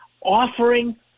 offering